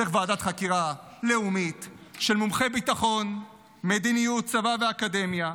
צריך ועדת חקירה לאומית של מומחי ביטחון מדיניות צבא ואקדמיה,